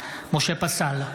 משה פסל,